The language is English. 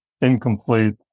incomplete